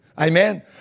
Amen